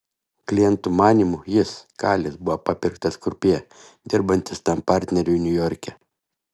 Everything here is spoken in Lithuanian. klientų manymu jis kalis buvo papirktas krupjė dirbantis tam partneriui niujorke